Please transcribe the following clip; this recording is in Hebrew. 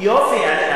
לא?